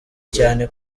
cyane